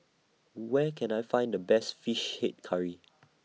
Where Can I Find The Best Fish Head Curry